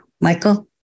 Michael